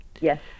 Yes